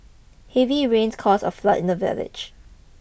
heavy rains caused a flood in the village